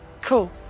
Cool